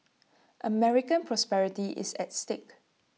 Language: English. American prosperity is at stake